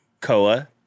Koa